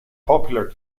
popular